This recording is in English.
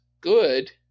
good